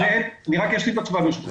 אני רק אשלים את התשובה, ברשותך.